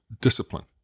discipline